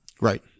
Right